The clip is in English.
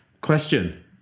Question